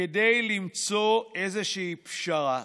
כדי למצוא איזושהי פשרה,